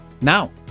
now